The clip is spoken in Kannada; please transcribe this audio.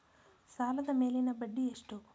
ಸಾಲದ ಮೇಲಿನ ಬಡ್ಡಿ ಎಷ್ಟು?